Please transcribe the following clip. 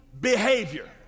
behavior